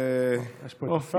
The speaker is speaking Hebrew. אבל, יש פה את השר.